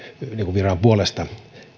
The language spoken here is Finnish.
viran puolesta